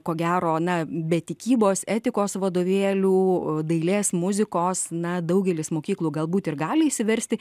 ko gero na be tikybos etikos vadovėlių dailės muzikos na daugelis mokyklų galbūt ir gali išsiversti